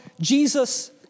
Jesus